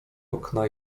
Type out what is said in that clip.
okna